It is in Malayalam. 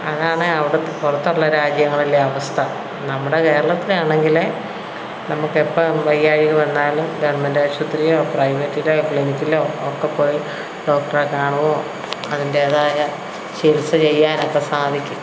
അതാണ് അവിടെ പുറത്തുള്ള രാജ്യങ്ങളിലെ അവസ്ഥ നമ്മുടെ കേരളത്തിൽ ആണെങ്കിൽ നമ്മൾക്ക് ഇപ്പൊ വയ്യായ്ക വന്നാലും ഗവൺമെൻ്റ് ആശുപത്രിയോ പ്രൈവറ്റിലോ ക്ലിനിക്കിലോ ഒക്കെ പോയി ഡോക്ടറെ കാണുവോ അതിൻ്റേതായ ചികിത്സ ചെയ്യാനൊക്ക സാധിക്കും